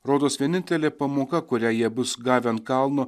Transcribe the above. rodos vienintelė pamoka kurią jie bus gavę ant kalno